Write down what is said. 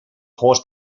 juegos